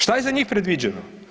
Šta je za njih predviđeno?